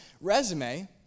resume